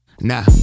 nah